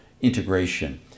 integration